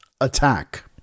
attack